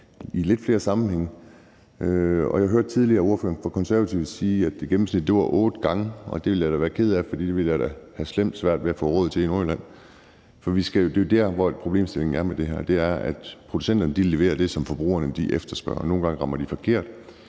i lidt flere sammenhænge. Jeg hørte tidligere ordføreren for De Konservative sige, at gennemsnittet for, hvor mange gange tøj bliver brugt, er otte gange. Det ville jeg da være ked af, for det ville jeg da have slemt svært ved at få råd til i Nordjylland. Og det er jo der, problemstillingen er med det her: Producenterne leverer det, som forbrugerne efterspørger, og nogle gange rammer de forkert.